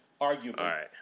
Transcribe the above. arguably